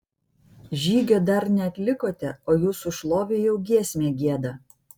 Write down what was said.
žygio dar neatlikote o jūsų šlovei jau giesmę gieda